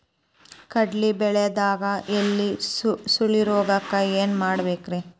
ಕಡ್ಲಿ ಬೆಳಿಯಾಗ ಎಲಿ ಸುರುಳಿರೋಗಕ್ಕ ಏನ್ ಮಾಡಬೇಕ್ರಿ?